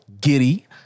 Giddy